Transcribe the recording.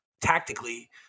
tactically